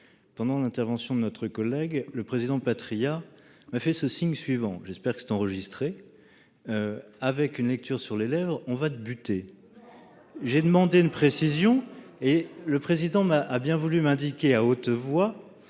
Pendant l'intervention de notre collègue le président Patriat a fait ce signe suivant. J'espère que c'est enregistré. Avec une lecture sur les lèvres, on va te buter. J'ai demandé une précision et le président m'a a bien voulu m'indiquer à haute voix.